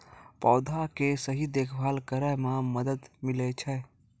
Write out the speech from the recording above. पौधा के सही देखभाल करै म मदद मिलै छै